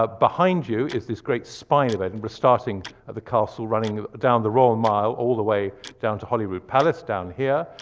but behind you is this great spine of edinburgh, starting at the castle, running down the royal mile, all the way down to hollywood palace, down here.